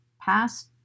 past